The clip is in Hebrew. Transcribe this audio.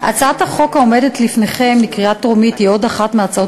הצעת החוק העומדת לפניכם לקריאה טרומית היא עוד אחת מהצעות